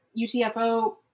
UTFO